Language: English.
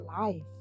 life